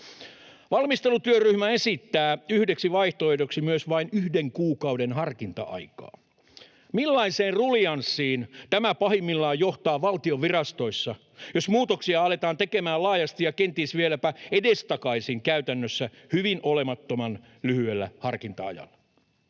Valmistelutyöryhmä esittää yhdeksi vaihtoehdoksi myös vain yhden kuukauden harkinta-aikaa. Millaiseen ruljanssiin tämä pahimmillaan johtaa valtion virastoissa, jos muutoksia aletaan tekemään laajasti ja kenties vieläpä edestakaisin käytännössä hyvin olemattoman lyhyellä harkinta-ajalla?